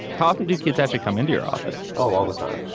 talking to kids actually come into your office oh, all the time.